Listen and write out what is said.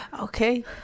Okay